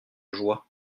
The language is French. joie